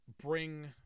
Bring